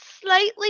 slightly